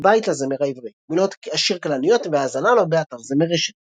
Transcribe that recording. בית לזמר העברי מילות השיר "כלניות" והאזנה לו באתר זמרשת